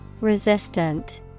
Resistant